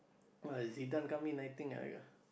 !wah! Zidane come in I think